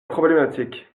problématique